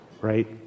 right